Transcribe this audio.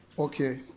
okay.